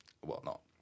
whatnot